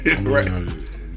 Right